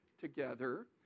together